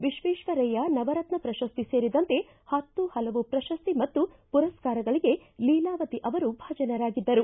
ವಿಶ್ವೇಶ್ವರಯ್ಯ ನವರತ್ನ ಪ್ರಶಸ್ತಿ ಸೇರಿದಂತೆ ಹತ್ತು ಹಲವು ಪ್ರಶಸ್ತಿ ಮತ್ತು ಪುರಸ್ಕಾರಗಳಿಗೆ ಲೀಲಾವತಿ ಅವರು ಭಾಜನರಾಗಿದ್ದರು